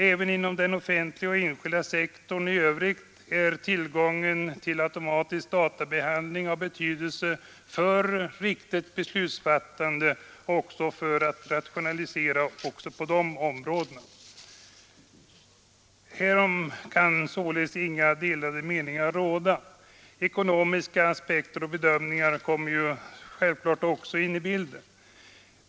Även inom den offentliga och enskilda sektorn i övrigt är tillgången till automatisk databehandling av betydelse för riktigt beslutsfattande och rationalisering. Härom kan således inga delade meningar råda. Ekonomiska aspekter och bedömningar kommer självklart också in i bilden.